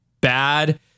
bad